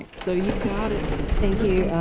so you got it. thank you.